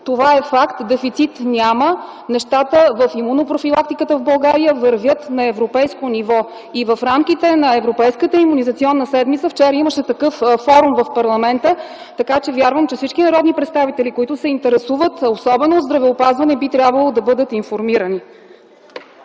Това е факт. Дефицит няма. Нещата в имунопрофилактиката в България вървят на европейско ниво и в рамките на европейската имунизационна седмица – вчера имаше такъв форум в парламента, така че вярвам, че всички народни представители, които се интересуват особено от здравеопазване, би трябвало да бъдат информирани.